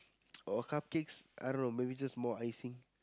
or cupcakes I don't know maybe just more icing